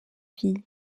filles